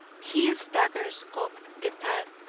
he staggers up the path,